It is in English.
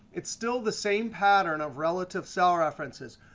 it's still the same pattern of relative cell references.